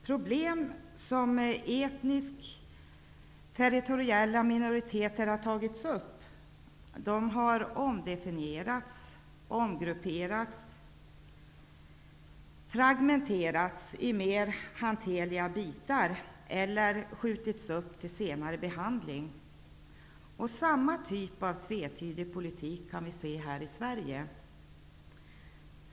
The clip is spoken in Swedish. Problem som etniskt territoriella minoriteter har tagit upp har omdefinierats, omgrupperats och fragmenterats i mer hanterbara bitar eller uppskjutits till senare behandling. Samma typ av tvetydig politik ser vi här i Sverige.